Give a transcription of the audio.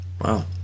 wow